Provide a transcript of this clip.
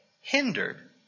hindered